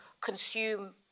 consume